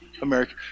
America